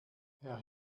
herr